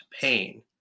pain